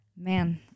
man